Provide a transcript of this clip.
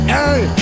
Hey